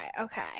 okay